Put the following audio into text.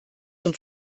zum